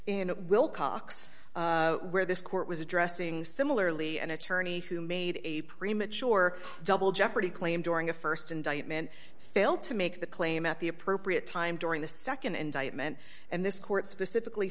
in willcox where this court was addressing similarly an attorney who made a premature double jeopardy claim during the st indictment failed to make the claim at the appropriate time during the nd indictment and this court specifically